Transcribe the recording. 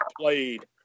played